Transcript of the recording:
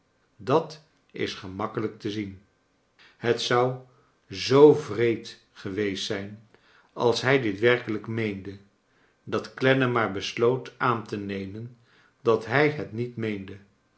dat is gemakkelijk te zien het zou zoo wreed geweest zijn als hij dit werkelijk meende dat clennam maar besloot aan te nemen dat hij het niet meende